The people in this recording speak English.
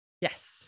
Yes